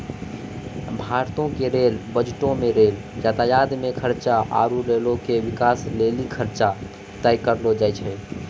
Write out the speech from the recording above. भारतो के रेल बजटो मे रेल यातायात मे खर्चा आरु रेलो के बिकास लेली खर्चा तय करलो जाय छै